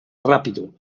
rápido